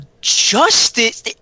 Justice